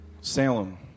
Salem